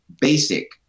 basic